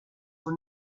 for